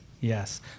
yes